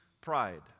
pride